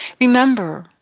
Remember